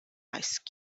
ice